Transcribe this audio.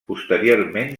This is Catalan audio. posteriorment